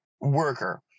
worker